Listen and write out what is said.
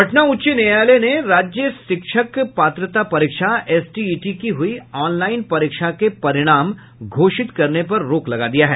पटना उच्च न्यायालय ने राज्य शिक्षक पात्रता परीक्षा एसटीईटी की हुई ऑनलाइन परीक्षा परिणाम को घोषित करने पर रोक लगा दिया है